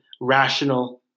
rational